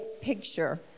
picture